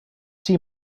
see